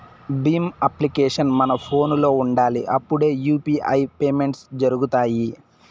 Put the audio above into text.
Bhim application మన ఫోనులో ఉండాలి అప్పుడే యూ.పీ.ఐ పేమెంట్స్ జరుగుతాయి